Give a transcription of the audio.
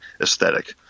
aesthetic